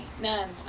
none